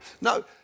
No